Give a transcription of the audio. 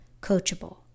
coachable